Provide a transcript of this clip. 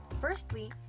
Firstly